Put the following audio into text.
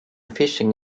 fishing